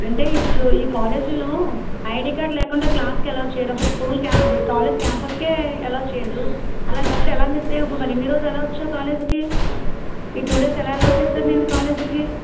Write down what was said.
అంటే ఈ ఈ కాలేజీలో ఐడీ కార్డు లేకుండా క్లాస్కి ఎలౌ చేయరు అసలు స్కూల్కి అదే కాలేజ్ క్యాంపస్కే ఎలౌ చేయరు అలాంటప్పుడు ఎలా మిస్ అయ్యావు ఇప్పుడు మరి ఇన్ని రోజులు ఎలా వచ్చావు కాలేజ్కి ఈ టూ డేస్ ఎలా ఎలౌ చేసారు నిన్ను కాలేజ్కి